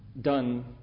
done